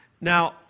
Now